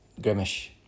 Grimish